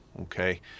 okay